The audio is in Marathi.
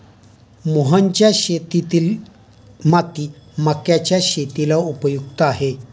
मोहनच्या शेतातील माती मक्याच्या शेतीला उपयुक्त आहे